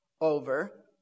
over